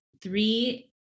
three